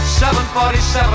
747